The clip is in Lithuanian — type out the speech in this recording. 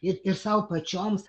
ir ir sau pačioms